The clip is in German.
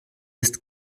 ist